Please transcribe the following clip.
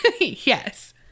Yes